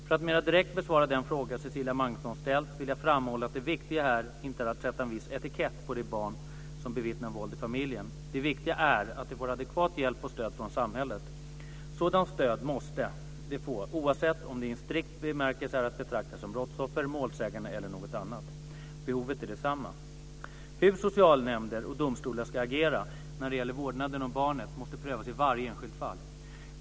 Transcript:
För att mer direkt besvara den fråga Cecilia Magnusson ställt, vill jag framhålla att det viktiga här inte är att sätta en viss etikett på de barn som bevittnar våld i familjen. Det viktiga är att de får adekvat hjälp och stöd från samhället. Sådant stöd måste de få oavsett om de i en strikt bemärkelse är att betrakta som brottsoffer, målsägande eller något annat. Behovet är detsamma. Hur socialnämnder och domstolar ska agera när det gäller vårdnaden om barnet måste prövas i varje enskilt fall.